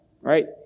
right